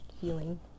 feeling